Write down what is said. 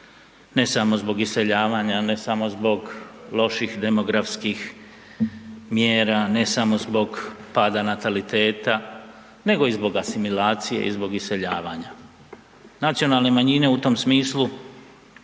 ne samo zbog iseljavanja, ne samo zbog loših demografskih mjera, ne samo zbog pada nataliteta, nego i zbog asimilacije i zbog iseljavanja. Nacionalne manjine u tom smislu